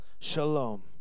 Shalom